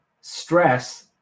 stress